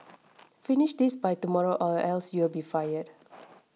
finish this by tomorrow or else you'll be fired